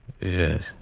Yes